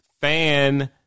fan